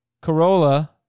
Corolla